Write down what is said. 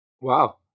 Wow